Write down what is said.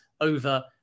over